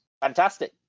Fantastic